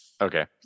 okay